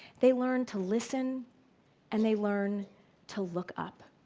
they learn to listen and they learn to look up.